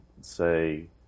say